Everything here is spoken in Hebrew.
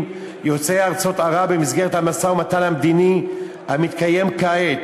יוצאי ארצות ערב במסגרת המשא-ומתן המדיני המתקיים כעת